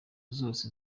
zose